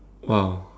!wow!